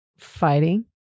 fighting